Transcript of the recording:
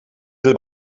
del